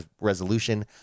resolution